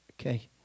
Okay